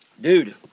dude